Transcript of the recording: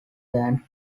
than